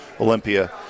Olympia